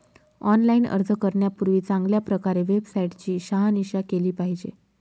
online अर्ज करण्यापूर्वी चांगल्या प्रकारे वेबसाईट ची शहानिशा केली पाहिजे